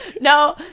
No